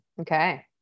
Okay